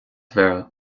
mhéara